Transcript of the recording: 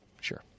sure